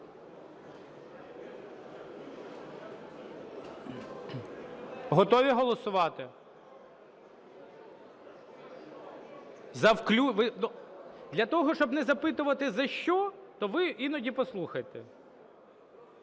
Готові голосувати? Для того, щоб не запитувати: за що, то ви іноді послухайте.